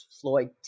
Floyd